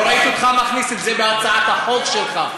לא ראיתי אותך מכניס את זה בהצעת החוק שלך.